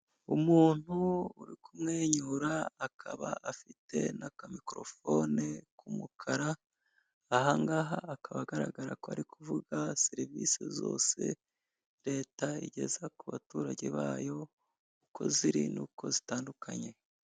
Umuntu uri kumwenyura, akaba afite n'akamikorofone k'umukara, ahangaha akaba agaragara ko ari kuvuga serivise zose leta igeza ku baturage bayo, uko ziri n'uko zitandukanye.